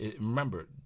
Remember